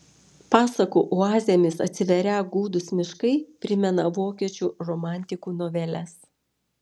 pasakų oazėmis atsiverią gūdūs miškai primena vokiečių romantikų noveles